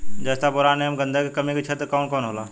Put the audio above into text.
जस्ता बोरान ऐब गंधक के कमी के क्षेत्र कौन कौनहोला?